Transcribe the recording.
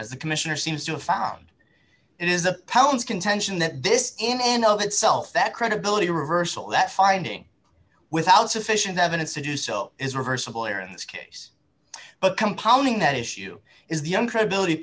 as a commissioner seems to have found it is a pounds contention that this in and of itself that credibility reversal that finding without sufficient evidence to do so is reversible error in this case but compounding that issue is the young credibility